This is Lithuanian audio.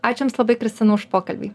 aš jums labai kristina už pokalbį